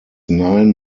nine